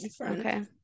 Okay